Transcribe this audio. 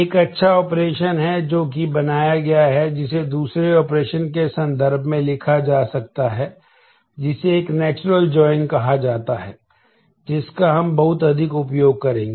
एक अच्छा ऑपरेशन कहा जाता है जिसका हम बहुत अधिक उपयोग करेंगे